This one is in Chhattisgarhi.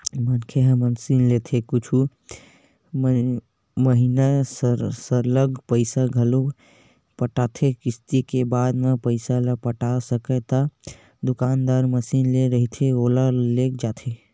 मनखे ह मसीनलेथे कुछु महिना सरलग पइसा घलो पटाथे किस्ती के बाद म पइसा नइ पटा सकय ता दुकानदार मसीन दे रहिथे ओला लेग जाथे